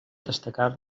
destacar